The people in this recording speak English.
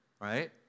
right